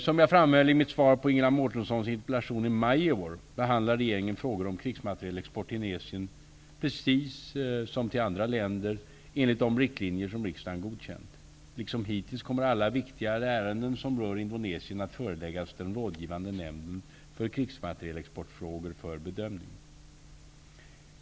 Som jag framhöll i mitt svar på Ingela Mårtenssons interpellation i maj i år, behandlar regeringen frågor om krigsmaterielexport till Indonesien -- precis som till andra länder -- enligt de riktlinjer som riksdagen godkänt. Liksom hittills kommer alla viktiga ärenden som rör Indonesien att föreläggas den rådgivande nämnden för krigsmaterielexportfrågor för bedömning.